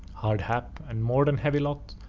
hard hap, and more than heavy lot!